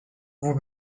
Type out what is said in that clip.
vous